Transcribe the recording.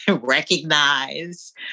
recognize